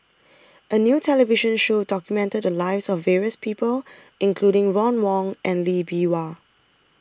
A New television Show documented The Lives of various People including Ron Wong and Lee Bee Wah